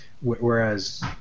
Whereas